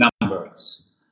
numbers